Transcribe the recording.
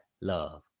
love